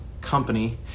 company